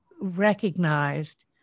recognized